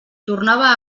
tornava